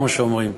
כמו שאומרים.